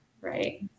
Right